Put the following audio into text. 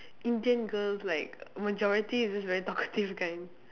Indian girls like majority is just very talkative kind